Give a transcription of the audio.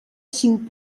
cinc